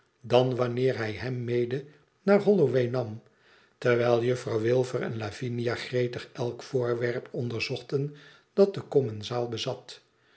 dan wanneer hij hem mede naar houoway nam wijl juffrouw wilfer en lavinia gretig elk voorwerp onderzochten dat de commensaal bezat